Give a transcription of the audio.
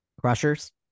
Crushers